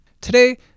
Today